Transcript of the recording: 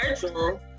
virtual